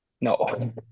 No